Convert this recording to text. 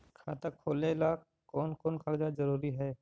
खाता खोलें ला कोन कोन कागजात जरूरी है?